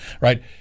right